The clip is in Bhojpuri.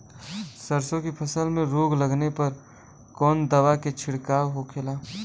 सरसों की फसल में रोग लगने पर कौन दवा के छिड़काव होखेला?